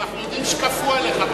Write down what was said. אנחנו יודעים שכפו עליך,